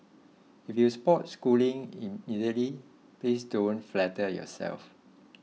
if you spot Schooling immediately please don't flatter yourself